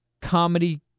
comedy